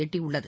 எட்டியுள்ளது